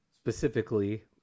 Specifically